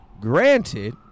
Granted